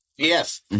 Yes